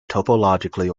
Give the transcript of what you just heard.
topologically